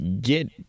get